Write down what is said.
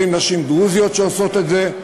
20 נשים דרוזיות שעושות את זה,